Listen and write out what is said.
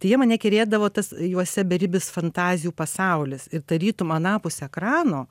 tai jie mane kerėdavo tas juose beribis fantazijų pasaulis ir tarytum anapus ekrano